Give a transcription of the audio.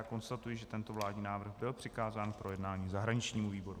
Konstatuji, že tento vládní návrh byl přikázán k projednání zahraničnímu výboru.